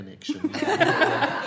connection